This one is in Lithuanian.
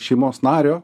šeimos nario